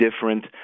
different